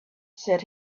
said